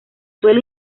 suelo